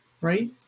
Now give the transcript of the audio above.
Right